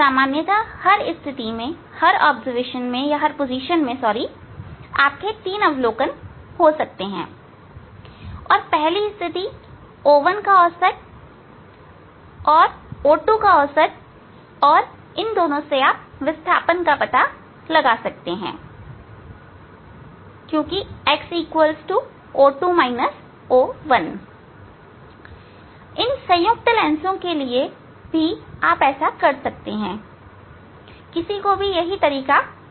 सामान्यतः हर स्थिति के लिए आप तीन अवलोकन ले सकते हैं और पहली स्थिति O1 का औसत O2 का औसत और तब विस्थापन का आप पता लगा सकते हैं x O2 O1 इन संयुक्त लेंसों के लिए भी आप ऐसा कर सकते हैं किसी को भी यही तरीका काम में लेना होगा